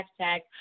hashtag